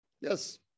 Yes